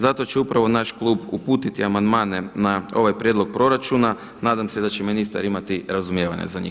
Zato će upravo naš klub uputiti amandmane na ovaj prijedlog proračuna, nadam se da će ministar imati razumijevanja za njih.